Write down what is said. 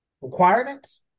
requirements